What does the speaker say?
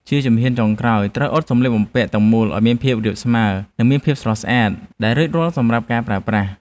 ជាជំហានចុងក្រោយ ត្រូវអ៊ុតសម្លៀកបំពាក់ទាំងមូលឱ្យមានភាពរាបស្មើ និងមានភាពស្រស់ស្អាត ដែលរួចរាល់សម្រាប់ការប្រើប្រាស់។